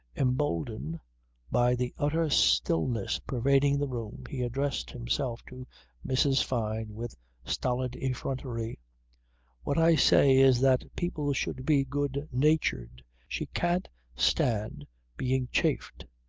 emboldened by the utter stillness pervading the room he addressed himself to mrs. fyne with stolid effrontery what i say is that people should be good-natured. she can't stand being chaffed.